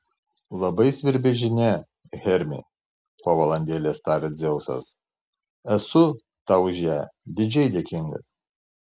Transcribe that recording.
labai svarbi žinia hermi po valandėlės tarė dzeusas esu tau už ją didžiai dėkingas